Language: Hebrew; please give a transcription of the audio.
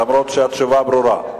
אף-על-פי שהתשובה ברורה.